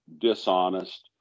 dishonest